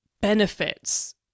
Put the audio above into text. benefits